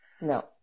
No